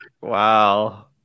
Wow